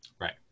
Right